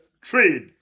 trade